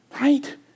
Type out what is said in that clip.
right